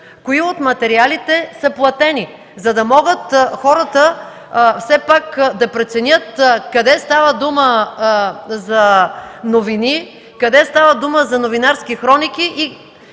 кои от материалите са платени, за да могат хората все пак да преценят къде става дума за новини, къде става дума за новинарски хроники